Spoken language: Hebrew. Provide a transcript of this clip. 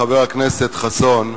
לך, חבר הכנסת חסון,